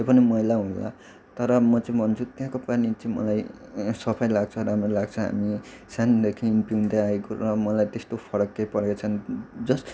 त्यो पनि मैला होला तर म चाहिँ भन्छु त्यहाँको पानी चाहिँ मलाई सफै लाग्छ राम्रै लाग्छ हामी सानैदेखि पिउँदै आएको र मलाई त्यस्तो फरक केही परेको छैन जस्ट